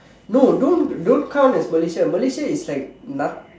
no don't don't count as Malaysia Malaysia is like noth